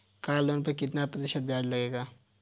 Car loan पर कितना प्रतिशत ब्याज लगेगा?